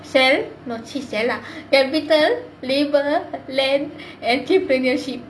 sell not sell lah capital labour land entrepreneurship